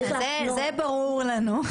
זה ברור לנו.